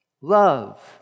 Love